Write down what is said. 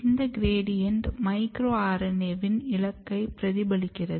இந்த gradient micro RNA வின் இலக்கை பிரதிபலிக்கிறது